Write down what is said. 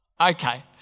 Okay